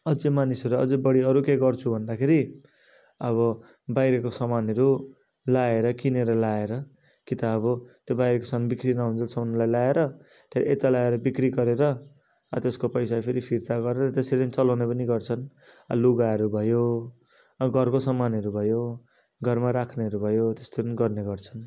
अझ मानिसहरू अझ बढी अरू केही गर्छु भन्दाखेरि अब बाहिरको सामानहरू ल्याएर किनेर ल्याएर कि त अब त्यो बाहिरको सामान बिक्री नहुन्जेलसम्मलाई ल्याएर त्यहाँ यता ल्याएर बिक्री गरेर त्यसको पैसा फेरि फिर्ता गरेर त्यसरी पनि चलाउने पनि गर्छन् लुगाहरू भयो घरको सामानहरू भयो घरमा राख्नेहरू भयो त्यस्तो पनि गर्ने गर्छन्